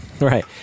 right